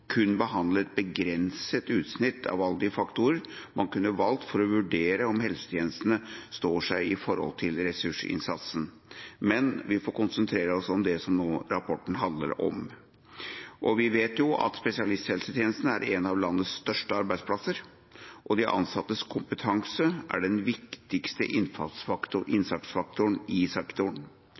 kun behandler et begrenset utsnitt av alle de faktorer man kunne valgt for å vurdere om helsetjenestene står seg i forhold til ressursinnsatsen, men vi får konsentrere oss om det rapporten nå handler om. Vi vet at spesialisthelsetjenesten er en av landets største arbeidsplasser, og de ansattes kompetanse er den viktigste innsatsfaktoren i sektoren.